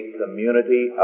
community